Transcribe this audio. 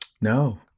No